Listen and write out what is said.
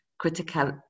critical